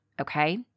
okay